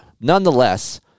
Nonetheless